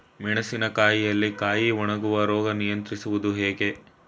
ಮೆಣಸಿನ ಕಾಯಿಯಲ್ಲಿ ಕಾಯಿ ಒಣಗುವ ರೋಗ ನಿಯಂತ್ರಿಸುವುದು ಹೇಗೆ?